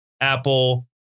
apple